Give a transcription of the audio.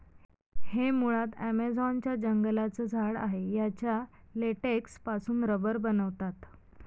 हे मुळात ॲमेझॉन च्या जंगलांचं झाड आहे याच्या लेटेक्स पासून रबर बनवतात